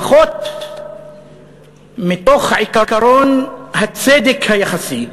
לפחות מתוך עקרון הצדק היחסי,